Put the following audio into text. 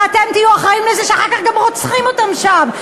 ואתם תהיו אחראים לזה שאחר כך גם רוצחים אותן שם,